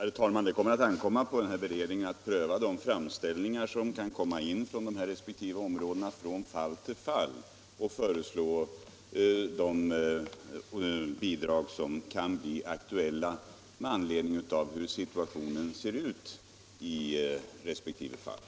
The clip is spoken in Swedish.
Herr talman! Det ankommer på beredningen att pröva de framställningar som kommer in från dessa områden från fall till fall och föreslå de bidrag som kan bli aktuella med hänsyn till hur situationen ser ut i resp. fall.